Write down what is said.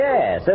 Yes